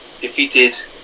defeated